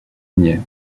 niais